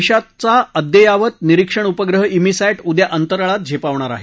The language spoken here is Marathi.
देशाचा अद्ययावत निरीक्षण उपग्रह मीसॅट उद्या अंतराळात झेपावणार आहे